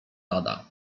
lada